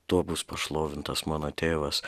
tuo bus pašlovintas mano tėvas